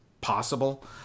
possible